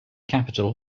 capital